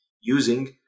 using